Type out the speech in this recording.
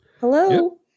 Hello